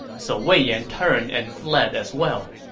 so wei yan turned and fled as well.